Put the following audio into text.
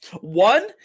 one